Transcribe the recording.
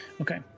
Okay